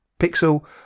Pixel